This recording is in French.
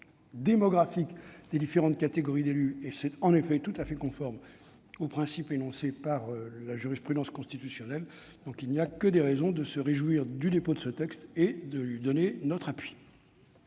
démographique des différentes catégories d'élus, et c'est en effet tout à fait conforme aux principes énoncés par la jurisprudence constitutionnelle. Nous n'avons donc que des raisons de nous réjouir du dépôt de ce texte, auquel nous